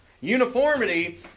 Uniformity